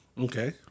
Okay